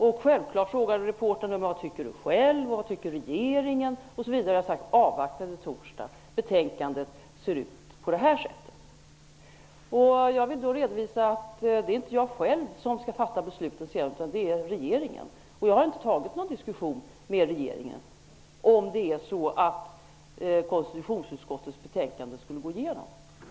Då frågade reportern självfallet vad jag tycker själv och vad regeringen tycker. Jag har då sagt att vi avvaktar till torsdag. Betänkandet ser ut på det här sättet. Jag vill redovisa att det inte är jag själv som skall fatta beslut sedan. Det är regeringen. Jag har inte haft någon diskussion med regeringen om vad som händer om konstitutionsutskottets betänkande går igenom.